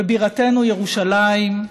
בבירתנו ירושלים,